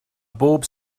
bob